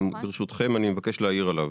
וברשותכם אני מבקש להעיר עליו.